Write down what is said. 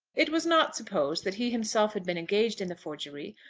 it was not supposed that he himself had been engaged in the forgery,